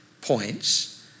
points